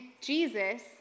Jesus